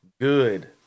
good